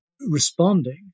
responding